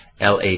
la